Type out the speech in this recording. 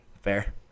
Fair